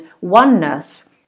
oneness